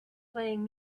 playing